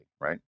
right